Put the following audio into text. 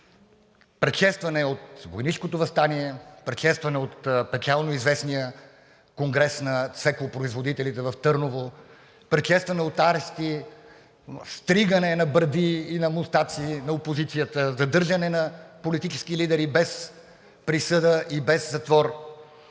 Предшестван е от Войнишкото въстание, предшестван е от печално известния Конгрес на цвеклопроизводителите в Търново, предшестван е от арести, стригане на бради и на мустаци на опозицията, задържане на политически лидери без присъда и без затвор.